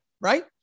right